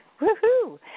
Woohoo